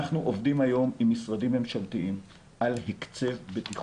אנחנו עובדים היום עם משרדים ממשלתיים על הקצב בטיחות.